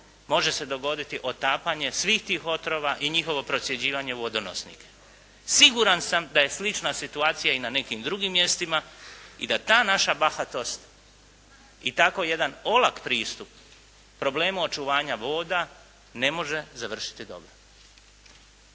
može se dogoditi otapanje svih tih otrova i njihovo procjeđivanje u vodonosnike. Siguran sam da je slična situacija i na nekim drugim mjestima i da ta naša bahatost i tako jedan olako pristup problemu očuvanja voda ne može završiti dobro.